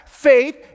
faith